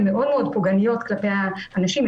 הן מאוד מאוד פוגעניות כלפי האנשים.